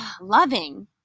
loving